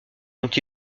dont